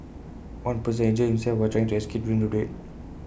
one person had injured himself while trying to escape during the raid